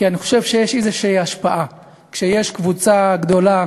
כי אני חושב שיש איזושהי השפעה: כשיש קבוצה גדולה